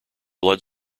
blood